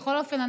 בכל אופן,